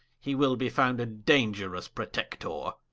he will be found a dangerous protector